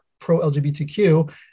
pro-LGBTQ